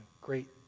great